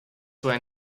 when